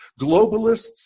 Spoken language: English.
globalists